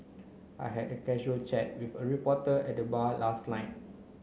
I had a casual chat with a reporter at the bar last night